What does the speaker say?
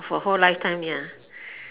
for whole lifetime ya